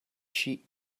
sheep